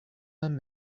men